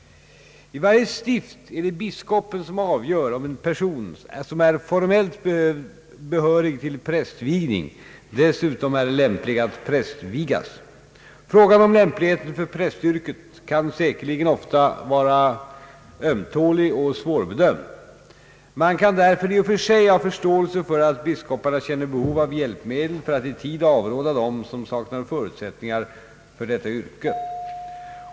I varje stift är det biskopen som avgör om en person som är formellt behörig till prästvigning dessutom är lämplig att prästvigas. Frågan om lämpligheten för prästyrket kan säkerligen ofta vara ömtålig och svårbedömd. Man kan därför i och för sig ha förståelse för att biskoparna känner behov av hjälpmedel för att i tid avråda dem som saknar förutsättningar för detta yrke.